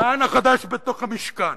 כהנא חדש בתוך המשכן